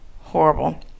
horrible